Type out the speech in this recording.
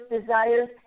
desires